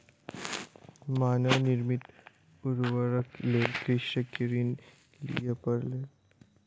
मानव निर्मित उर्वरकक लेल कृषक के ऋण लिअ पड़ल